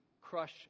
crush